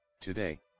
Today